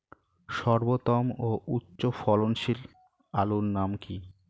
সর্বোত্তম ও উচ্চ ফলনশীল আলুর নাম কি?